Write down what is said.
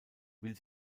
will